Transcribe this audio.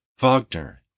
Wagner